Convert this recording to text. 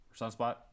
sunspot